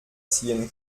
ziehen